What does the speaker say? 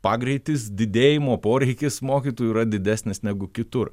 pagreitis didėjimo poreikis mokytojų yra didesnis negu kitur